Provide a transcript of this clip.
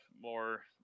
more